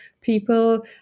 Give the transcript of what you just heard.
people